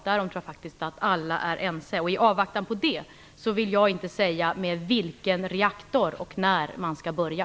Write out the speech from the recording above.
Därom tror jag att alla är ense. I avvaktan på det vill jag inte säga med vilken reaktor och när man skall börja.